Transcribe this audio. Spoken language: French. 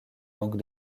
manque